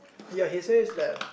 ya he says that